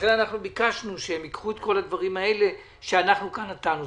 לכן ביקשנו שהם ייקחו את כל הדברים האלה שאנחנו כאן נתנו.